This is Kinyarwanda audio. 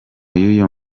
y’uyu